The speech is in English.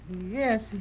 Yes